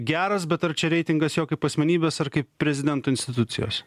geras bet ar čia reitingas jo kaip asmenybės ar kaip prezidento institucijos